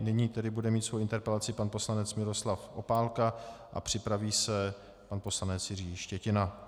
Nyní bude mít svou interpelaci pan poslanec Miroslav Opálka a připraví se pan poslanec Jiří Štětina.